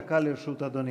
דקה לרשות אדוני.